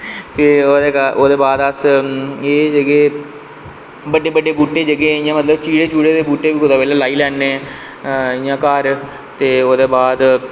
ते फ्ही ओह्दे बाद अस एह् जेह्के बड्डे बड्डे बूह्टे चीड़ै दे बूह्टे बी लाई लैन्ने ते इंया घर ते ओह्दे बाद